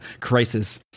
crisis